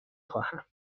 خواهم